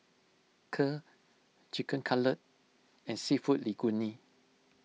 Kheer Chicken Cutlet and Seafood Linguine